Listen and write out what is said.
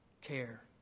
care